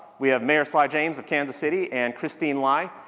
we have mayor sly james of kansas city, and christine lai, ah,